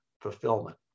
fulfillment